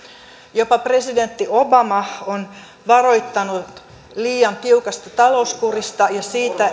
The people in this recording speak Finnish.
jopa presidentti obama on varoittanut liian tiukasta talouskurista ja siitä